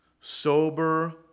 sober